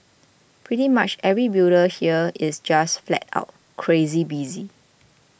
pretty much every builder here is just flat out crazy busy